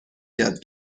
یاد